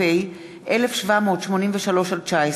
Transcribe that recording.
פ/1783/19